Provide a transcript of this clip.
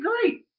great